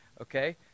Okay